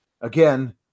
again